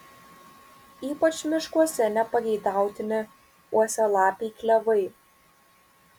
ypač miškuose nepageidautini uosialapiai klevai